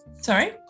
Sorry